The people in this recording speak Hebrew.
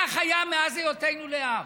כך היה מאז היותנו לעם.